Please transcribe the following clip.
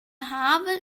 havel